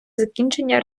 закінчення